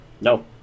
No